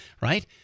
Right